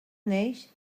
neix